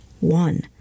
One